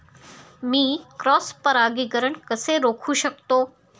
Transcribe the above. मी cross परागीकरण कसे रोखू शकतो?